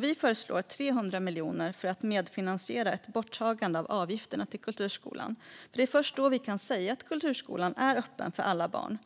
Vi föreslår 300 miljoner för att medfinansiera ett borttagande av avgifterna till kulturskolan. Det är först då vi kan säga att kulturskolan är öppen för alla barn.